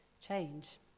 change